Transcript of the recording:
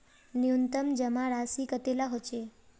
न्यूनतम जमा राशि कतेला होचे?